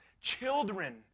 children